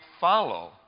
follow